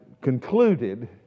concluded